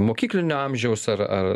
mokyklinio amžiaus ar